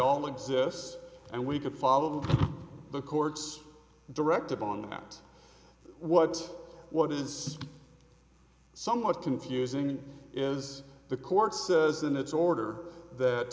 all exist and we could follow the court's directive on that what what is somewhat confusing is the court says in its order that